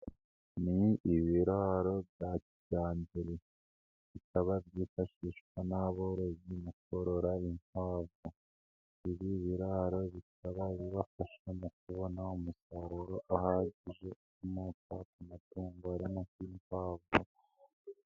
Ni ibiraro bya kijyambere, bikaba byifashishwa n'aborozi mu korora inkwavu, ibi biraro bikaba bibafasha mu kubona umusaruro uhagije ukomoka ku matungo harimo nk'inkwavu.